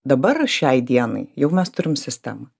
dabar šiai dienai jau mes turim sistemą